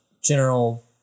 general